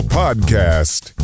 podcast